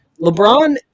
LeBron